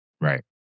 Right